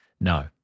No